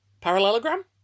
Parallelogram